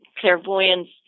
clairvoyance